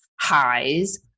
highs